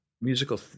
musical